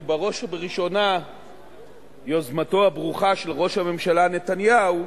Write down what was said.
ובראש ובראשונה יוזמתו הברוכה של ראש הממשלה נתניהו,